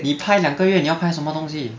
你拍两个月你要拍什么东西